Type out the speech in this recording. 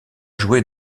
joué